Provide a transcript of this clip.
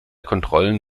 kontrollen